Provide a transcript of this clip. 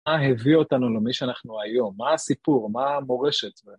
מה הביא אותנו למי שאנחנו היום? מה הסיפור? מה מורשת?